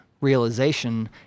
realization